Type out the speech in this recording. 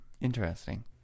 interesting